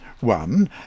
One